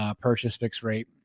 um purchase, fix rate,